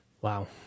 Wow